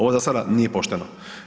Ovo za sada nije pošteno.